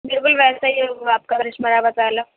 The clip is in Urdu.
بالکل ویسا ہی ہوگا آپ کا کرشمہ راوت والا